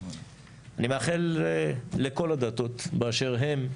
אני מאחל לכל הדתות באשר הן,